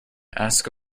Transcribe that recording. ask